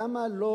למה לא